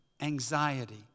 Anxiety